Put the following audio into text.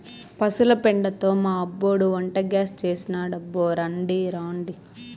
పశుల పెండతో మా అబ్బోడు వంటగ్యాస్ చేసినాడబ్బో రాండి రాండి